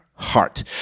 heart